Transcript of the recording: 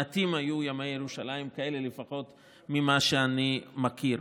מעטים היו ימי ירושלים כאלה, לפחות ממה שאני מכיר.